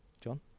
John